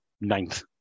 Ninth